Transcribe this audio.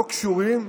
לא קשורים,